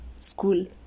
school